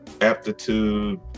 aptitude